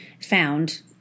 found